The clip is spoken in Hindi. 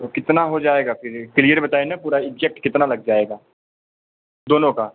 तो कितना हो जाएगा क्लियर बताइये ना पूरा इग्ज़ैक्ट कितना लग जाएगा दोनों का